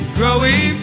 growing